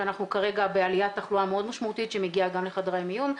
שאנחנו כרגע בעליית תחלואה מאוד משמעותית שמגיעה גם לחדרי המיון,